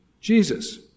Jesus